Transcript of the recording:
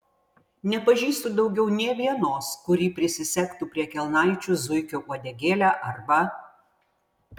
nepažįstu daugiau nė vienos kuri prisisegtų prie kelnaičių zuikio uodegėlę arba